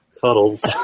Cuddles